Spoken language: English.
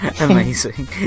amazing